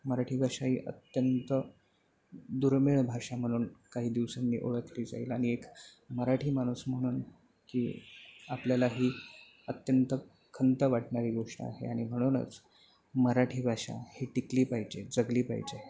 मराठी भाषा ही अत्यंत दुर्मिळ भाषा म्हणून काही दिवसांनी ओळखली जाईल आणि एक मराठी माणूस म्हणून की आपल्याला ही अत्यंत खंत वाटणारी गोष्ट आहे आणि म्हणूनच मराठी भाषा ही टिकली पाहिजे जगली पाहिजे